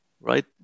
right